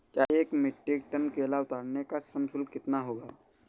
एक metric tonne केला उतारने का श्रम शुल्क कितना होगा?